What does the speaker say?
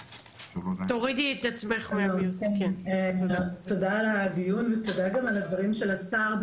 תודה על הדיון ותודה גם על הדברים של השר,